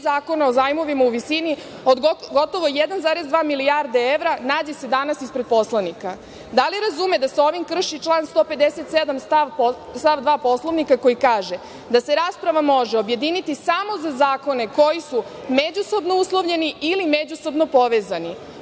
zakona o zajmovima u visini od gotovo 1,2 milijarde evra nađe se danas ispred poslanika? Da li razume da se ovim krši član 157. stav 2. Poslovnika, koji kaže da se rasprava može objediniti samo za zakone koji su međusobno uslovljeni ili međusobno povezani.